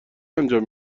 انجام